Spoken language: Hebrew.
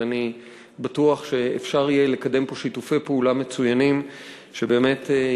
ואני בטוח שאפשר יהיה לקדם שיתופי פעולה מצוינים שיקדמו